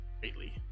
greatly